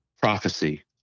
prophecy